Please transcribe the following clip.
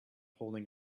holding